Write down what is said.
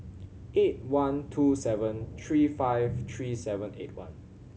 eight one two seven three five three seven eight one